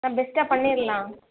sir பெஸ்ட்டாக பண்ணிடலாம்